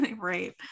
Right